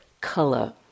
color